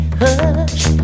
hush